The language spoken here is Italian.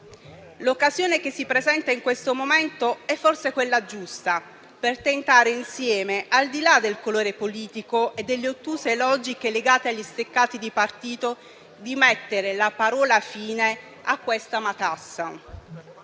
L'occasione che si presenta in questo momento è forse quella giusta per tentare insieme, al di là del colore politico e delle ottuse logiche legate agli steccati di partito, di mettere la parola fine a questa matassa.